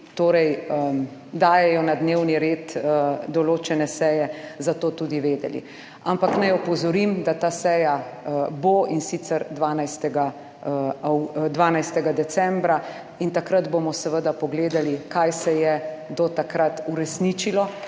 torej dajejo na dnevni red določene seje za to tudi vedeli. Ampak naj opozorim, da ta seja bo, in sicer 12. decembra in takrat bomo seveda pogledali, kaj se je do takrat uresničilo